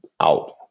out